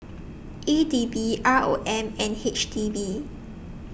E D B R O M and H D B